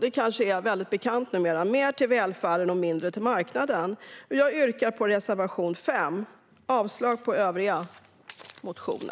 Det kanske är väldigt bekant numera, men vi vill ha mer till välfärden och mindre till marknaden. Jag yrkar bifall till reservation 5 och avslag på övriga motioner.